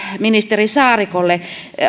ministeri saarikolle